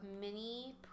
mini